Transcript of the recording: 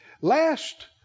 Last